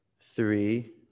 Three